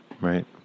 right